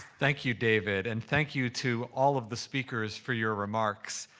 thank you, david. and thank you to all of the speakers for your remarks.